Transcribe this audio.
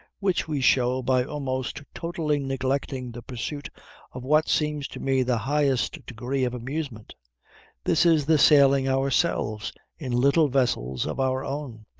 which we show by almost totally neglecting the pursuit of what seems to me the highest degree of amusement this is, the sailing ourselves in little vessels of our own,